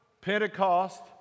pentecost